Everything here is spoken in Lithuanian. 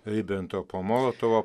ribentropo molotovo